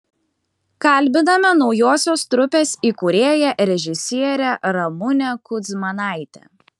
kalbiname naujosios trupės įkūrėją režisierę ramunę kudzmanaitę